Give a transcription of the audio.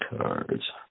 cards